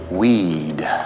Weed